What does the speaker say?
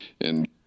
And-